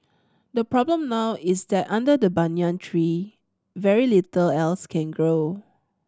the problem now is that under the banyan tree very little else can grow